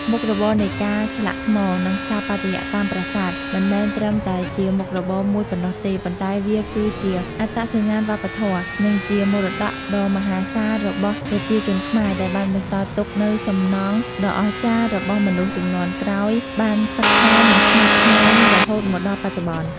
មុខរបរនៃការឆ្លាក់ថ្ម និងស្ថាបត្យកម្មប្រាសាទ មិនមែនត្រឹមតែជាមុខរបរមួយប៉ុណ្ណោះទេ ប៉ុន្តែវាគឺជាអត្តសញ្ញាណវប្បធម៌ និងជាមរតកដ៏មហាសាលរបស់ប្រជាជនខ្មែរ ដែលបានបន្សល់ទុកនូវសំណង់ដ៏អស្ចារ្យសម្រាប់មនុស្សជំនាន់ក្រោយបានសិក្សា និងស្ញប់ស្ញែងរហូតមកដល់បច្ចុប្បន្ន។